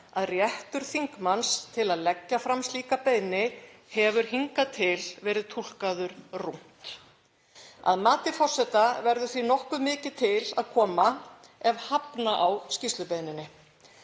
að réttur þingmanns til að leggja fram slíka beiðni hefur hingað til verið túlkaður rúmt. Að mati forseta verður því nokkuð mikið til að koma ef hafna á skýrslubeiðninni.